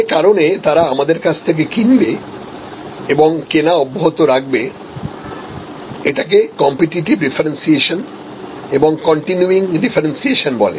যে কারণে তারা আমাদের কাছ থেকেকিনবে এবংকেনা অব্যাহত রাখবে এটিকেই কম্পিটিটিভডিফারেন্সিয়েশন এবং কন্টিনুইং ডিফারেন্সিয়েশন বলে